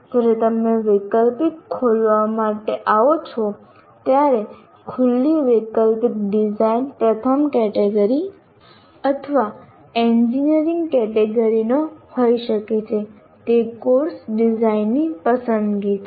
જ્યારે તમે વૈકલ્પિક ખોલવા માટે આવો છો ત્યારે ખુલ્લી વૈકલ્પિક ડિઝાઇન પ્રથમ કેટેગરી અથવા એન્જિનિયરિંગ કેટેગરીની હોઈ શકે છે તે કોર્સ ડિઝાઇનરની પસંદગી છે